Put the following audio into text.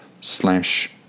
slash